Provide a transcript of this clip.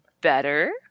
better